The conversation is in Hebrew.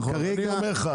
אני אומר לך,